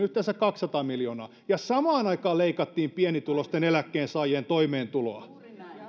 yhteensä kaksisataa miljoonaa ja samaan aikaan leikattiin pienituloisten eläkkeensaajien toimeentuloa